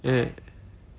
h~